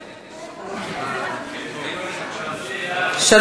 לא שכנעת, אדוני סגן השר.